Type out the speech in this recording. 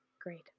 Great